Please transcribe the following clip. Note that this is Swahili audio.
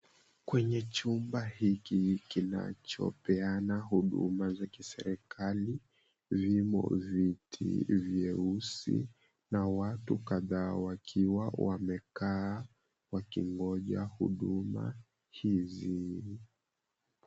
Kwenye chumba hiki kinachopeana huduma za kiserikali vimo viti vyeusi na watu kadhaa wakiwa wamekaa wakingoja huduma hizi.